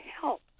help